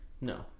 No